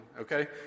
okay